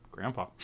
Grandpa